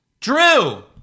Drew